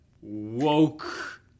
Woke